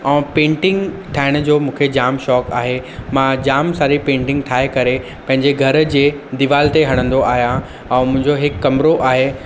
ऐं पेंटिंग ठाहिण जो मूंखे जाम शौक़ु आहे मां जामु सारी पेंटिंग ठाहे करे पंहिंजे घर जे दिवाल ते हणंदो आहियां ऐं मुंहिंजो हिकु कमिरो आहे